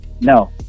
No